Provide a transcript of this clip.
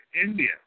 India